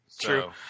True